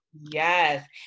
Yes